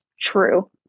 true